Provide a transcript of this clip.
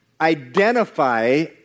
identify